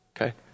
Okay